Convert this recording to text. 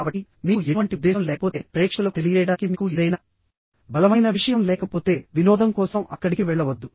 కాబట్టిమీకు ఎటువంటి ఉద్దేశ్యం లేకపోతేప్రేక్షకులకు తెలియజేయడానికి మీకు ఏదైనా బలమైన విషయం లేకపోతే వినోదం కోసం అక్కడికి వెళ్లవద్దు